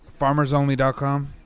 Farmersonly.com